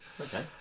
Okay